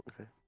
Okay